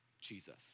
Jesus